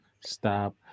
Stop